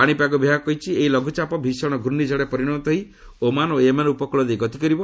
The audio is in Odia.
ପାଣିପାଗ ବିଭାଗ କହିଛି ଏହି ଲଘୁଚାପ ଭୀଷଣ ଘୂର୍ଷିଝଡରେ ପରିବର୍ତ୍ତନ ହୋଇ ଓମାନ ଓ ୟେମେନ ଉପକୁଳ ଦେଇ ଗତିକରିବ